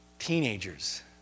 teenagers